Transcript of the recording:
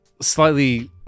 slightly